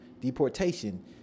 deportation